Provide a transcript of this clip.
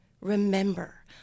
remember